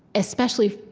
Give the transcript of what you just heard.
especially,